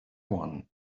one